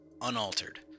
unaltered